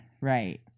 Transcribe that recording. Right